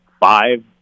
Five